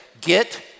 Get